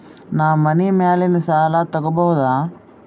ನಾ ಮನಿ ಮ್ಯಾಲಿನ ಸಾಲ ತಗೋಬಹುದಾ?